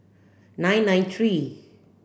nine nine three